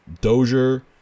Dozier